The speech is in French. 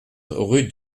rue